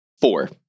Four